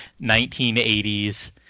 1980s